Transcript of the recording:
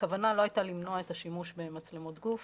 הכוונה לא הייתה למנוע את השימוש במצלמות גוף